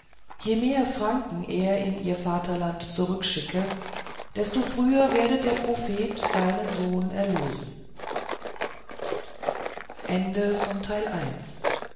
je mehr franken er in ihr vaterland zurückschicke desto früher werde der prophet seinen sohn erlösen